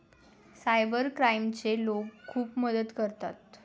cyber क्राईमचे लोक खूप मदत करतात